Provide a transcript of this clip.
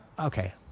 okay